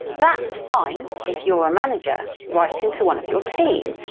that's fine if you're a manager writing to one of your team,